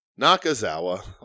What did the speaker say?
Nakazawa